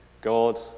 God